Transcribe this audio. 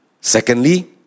Secondly